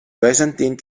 byzantine